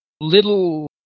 Little